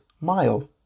mile